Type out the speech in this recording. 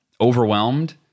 overwhelmed